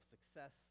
success